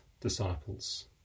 disciples